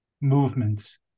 movements